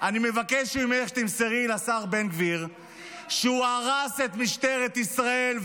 ממך שתמסרי לשר בן גביר שהוא הרס את משטרת ישראל,